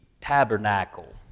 tabernacle